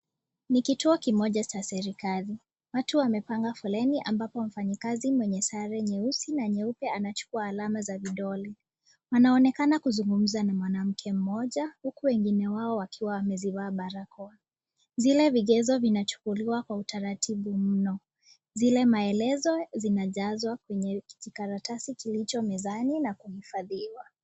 Ni kituo kimoja cha serekali, watu wamepanga foleni ambapo mfanyikazi mwenye sare nyeupe na nyeusi anachukua alama za vidole, anaonekana kuzungumza na mwanamke mmoja, huku wengine wao wakiwa wamezivaa barakoa, zile vigezo vinachukuliwa kwa utaratibu mno, zile maelezo, zinajazwa kwenye kijikaratasi kilicho mezani, na kuhifadiwa.